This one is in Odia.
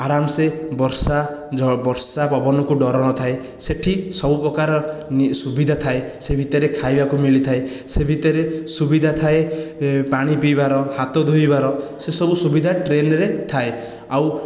ଆରାମ ସେ ବର୍ଷା ବର୍ଷା ପବନକୁ ଡର ନଥାଏ ସେଠି ସବୁପ୍ରକାର ସୁବିଧା ଥାଏ ସେ ଭିତରେ ଖାଇବାକୁ ମିଳିଥାଏ ସେ ଭିତରେ ସୁବିଧା ଥାଏ ପାଣି ପିଇବାର ହାତ ଧୋଇବାର ସେସବୁ ସୁବିଧା ଟ୍ରେନରେ ଥାଏ ଆଉ